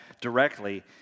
directly